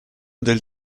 del